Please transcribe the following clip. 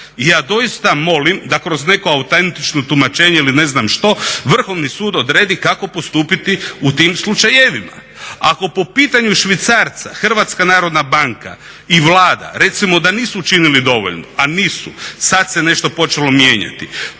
Ja doista molim da kroz neko autentično tumačenje ili ne znam što Vrhovni sud odredi kako postupiti u tim slučajevima. Ako po pitanju švicarca HNB i Vlada recimo da nisu učinili dovoljno, a nisu, sad se nešto počelo mijenjati,